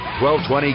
1220